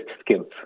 skills